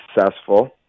successful